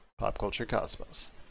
PopCultureCosmos